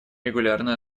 регулярной